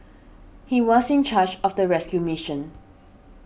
he was in charge of the rescue mission